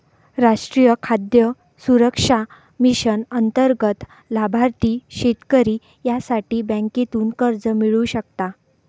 राष्ट्रीय खाद्य सुरक्षा मिशन अंतर्गत लाभार्थी शेतकरी यासाठी बँकेतून कर्ज मिळवू शकता